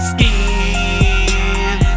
Skin